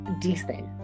decent